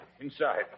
Inside